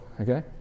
Okay